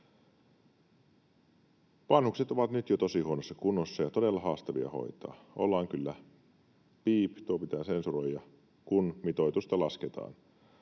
”Vanhukset ovat nyt jo tosi huonossa kunnossa ja todella haastavia hoitaa. Ollaan kyllä... — piip, tuo pitää sensuroida — kun mitoitusta lasketaan.